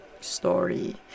story